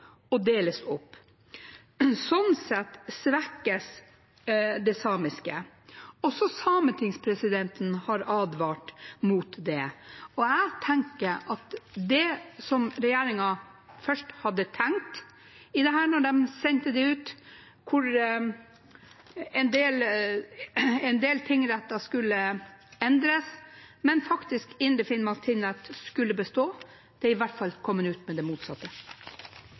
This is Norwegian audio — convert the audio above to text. Sånn sett svekkes det samiske. Også sametingspresidenten har advart mot det. Jeg tenker at det som regjeringen først hadde tenkt om dette da de sendte det ut – hvor en del tingretter skulle endres, men Indre Finnmark tingrett faktisk bestå – i hvert fall er kommet ut som det motsatte.